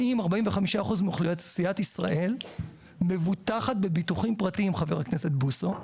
40-45 אחוזים ממדינת ישראל מבוטחת בביטוחים פרטיים חבר הכנסת בוסו.